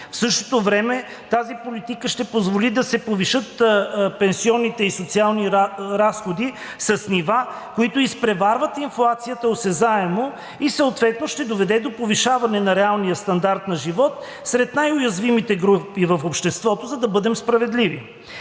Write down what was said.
В същото време тази политика ще позволи да се повишат пенсионните и социални разходи с нива, които изпреварват инфлацията осезаемо, и съответно ще доведе до повишаване на реалния стандарт на живот сред най-уязвимите групи в обществото, за да бъдем справедливи.